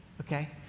Okay